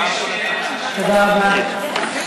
תודה רבה.